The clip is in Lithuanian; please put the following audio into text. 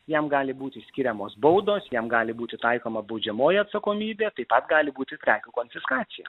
jam gali būti skiriamos baudos jam gali būti taikoma baudžiamoji atsakomybė taip pat gali būt ir prekių konfiskacija